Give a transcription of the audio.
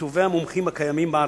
מטובי המומחים הקיימים בארץ,